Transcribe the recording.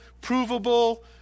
provable